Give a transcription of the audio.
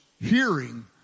hearing